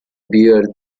bear